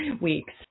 Weeks